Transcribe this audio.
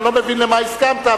אני לא מבין למה הסכמת,